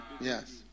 yes